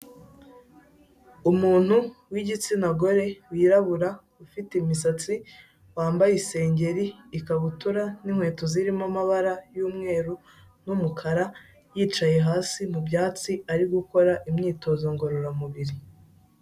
Umuntu w'igitsina gore wirabura ufite imisatsi wambaye isengeri, ikabutura n'inkweto zirimo amabara y'umweru n'umukara, yicaye hasi mu byatsi ari gukora imyitozo ngororamubiri.